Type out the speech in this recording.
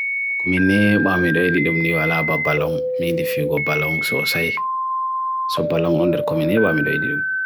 kumine mamireu edidum niv ala pa balong, midi figo balong sosei. So balong onder kumine mamireu edidum.